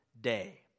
day